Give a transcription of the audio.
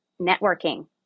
networking